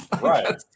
Right